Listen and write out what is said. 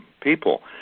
people